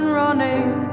running